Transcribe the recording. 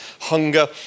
hunger